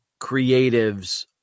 creatives